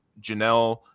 Janelle